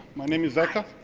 my name is elkar,